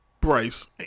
Bryce